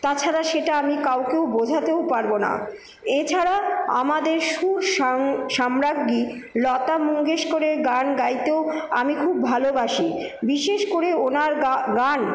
তাছাড়া সেটা আমি কাউকেও বোঝাতেও পারবো না এছাড়া আমাদের সুর সাম্রাজ্ঞী লতা মঙ্গেশকরের গান গাইতেও আমি খুব ভালোবাসি বিশেষ করে ওনার গান